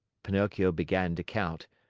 pinocchio began to count,